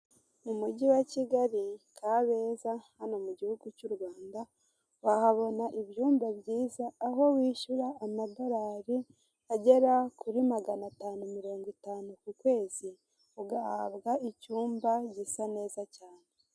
Mu mujyi wa Kigali Kabeza hano mu gihugu cy'u Rwanda wahabona ibyumba byiza aho wishyura amadolari agera kuri magana atanu mirongo itanu ku kwezi ugahabwa icyumba gisa neza cyane.